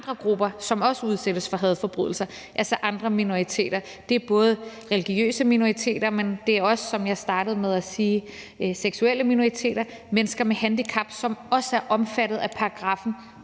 andre grupper, som også udsættes for hadforbrydelser, altså andre minoriteter. Det er både religiøse minoriteter, men det er også, som jeg startede med at sige, seksuelle minoriteter og mennesker med handicap, som også er omfattet af paragraffen